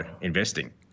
investing